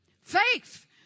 Faith